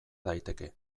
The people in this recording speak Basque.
daiteke